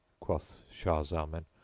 quoth shah zaman,